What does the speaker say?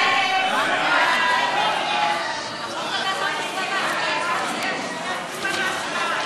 וגם הממשלה מסכימה,